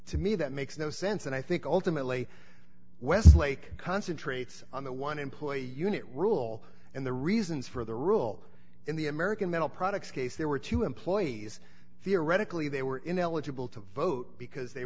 to me that makes no sense and i think ultimately westlake concentrates on the one employee unit rule and the reasons for the rule in the american metal products case there were two employees theoretically they were ineligible to vote because they